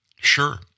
Sure